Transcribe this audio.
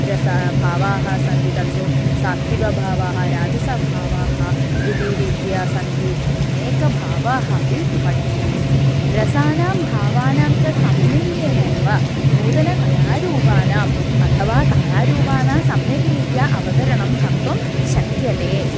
रसाः भावाः सन्ति तत्तु सात्विकभावाः राजसभावाः इति रीत्या सन्ति अनेकभावाः अपि पठनीयमस्ति रसानां भावानां च सम्मिल्येन एव नूतनकलारूपाणाम् अथवा कलारूपाणां सम्यग्रीत्या अवतरणं कर्तुं शक्यते